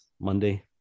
Monday